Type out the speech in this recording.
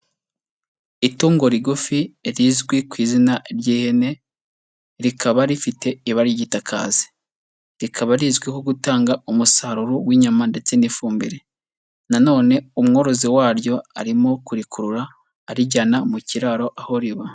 Itungo rigufi rizwi ku izina ry'ihene, rikaba rifite ibari ry'igitakazi, rikaba rizwiho gutanga umusaruro w'inyama ndetse n'ifumbire, nanone, umworozi waryo arimo kurikurura arijyana mu kiraro aho riba.